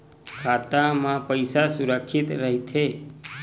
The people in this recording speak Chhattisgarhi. खाता मा पईसा सुरक्षित राइथे?